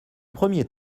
premiers